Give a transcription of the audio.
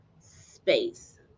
space